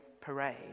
parade